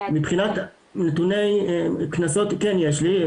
מבחינת נתוני קנסות, כן יש לי.